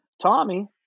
Tommy